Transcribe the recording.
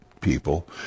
people